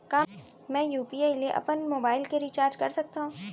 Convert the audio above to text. का मैं यू.पी.आई ले अपन मोबाइल के रिचार्ज कर सकथव?